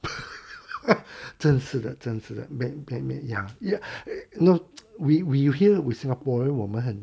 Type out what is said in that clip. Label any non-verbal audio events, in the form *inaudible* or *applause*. *laughs* 真是的真是的没 blame it ya you know we we we here we singapore right 我们很